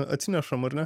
atsinešam ar ne